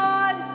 God